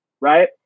right